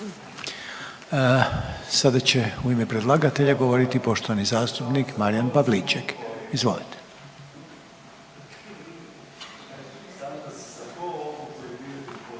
Sada će u ime predlagatelja govoriti poštovani zastupnik Marijan Pavliček, izvolite.